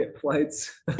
flights